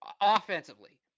offensively